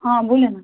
हा बोला ना